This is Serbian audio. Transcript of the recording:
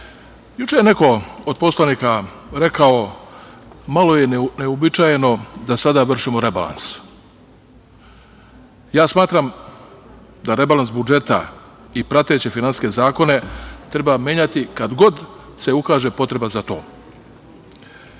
je neko od poslanika rekao – malo je neuobičajeno da sada vršimo rebalans. Ja smatram da rebalans budžeta i prateće finansijske zakone treba menjati kad god se ukaže potreba za to,